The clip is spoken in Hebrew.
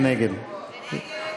מי נגד?